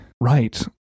right